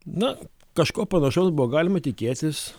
na kažko panašaus buvo galima tikėtis